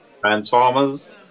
Transformers